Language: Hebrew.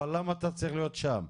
אבל למה אתה צריך להיות שם?